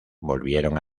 volvieron